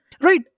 Right